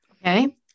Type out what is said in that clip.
Okay